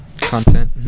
content